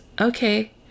Okay